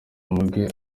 bwe